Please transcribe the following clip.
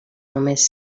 només